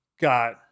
got